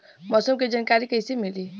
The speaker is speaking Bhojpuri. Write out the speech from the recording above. मौसम के जानकारी कैसे मिली?